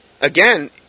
again